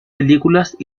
películas